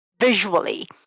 visually